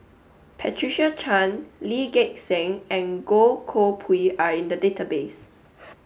Patricia Chan Lee Gek Seng and Goh Koh Pui are in the database